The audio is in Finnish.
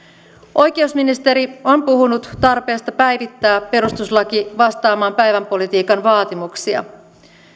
oikeusministeri on puhunut tarpeesta päivittää perustuslaki vastaamaan päivänpolitiikan vaatimuksia